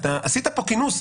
אתה עשית פה כינוס,